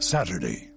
Saturday